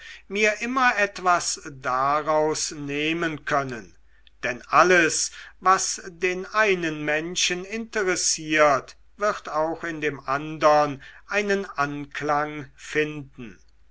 mir immer etwas daraus nehmen können denn alles was den einen menschen interessiert wird auch in dem andern einen anklang finden